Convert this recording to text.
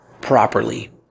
properly